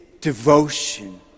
devotion